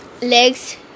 legs